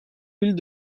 ville